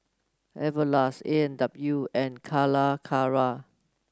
Everlast A and W and Calacara